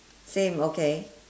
same okay